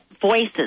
voices